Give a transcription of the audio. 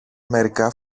μερικά